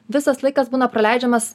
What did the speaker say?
visas laikas būna praleidžiamas